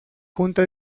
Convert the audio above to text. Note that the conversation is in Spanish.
junta